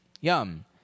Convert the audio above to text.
Yum